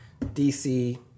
dc